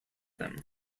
them